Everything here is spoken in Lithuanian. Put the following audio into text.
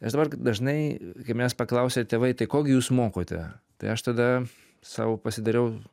aš dabar dažnai kai manęs paklausia tėvai tai ko gi jūs mokote tai aš tada sau pasidariau